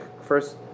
first